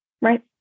Right